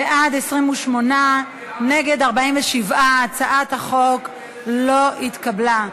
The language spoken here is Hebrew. בעד, 28, נגד, 47. הצעת החוק לא התקבלה.